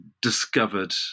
discovered